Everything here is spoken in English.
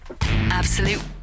Absolute